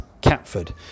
Catford